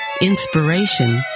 inspiration